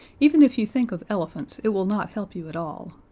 even if you think of elephants it will not help you at all.